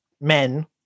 men